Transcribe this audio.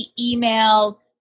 email